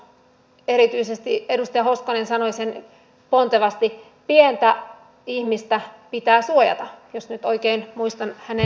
erityisesti edustaja hoskonen sanoi sen pontevasti pientä ihmistä pitää suojella jos nyt oikein muistan hänen sanoneen